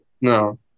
No